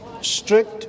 strict